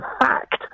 fact